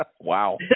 wow